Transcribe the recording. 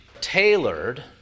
tailored